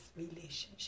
relationship